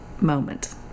moment